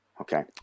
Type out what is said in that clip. okay